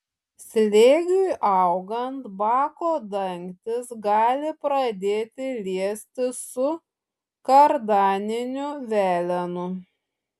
slėgiui augant bako dangtis gali pradėti liestis su kardaniniu velenu